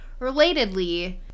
relatedly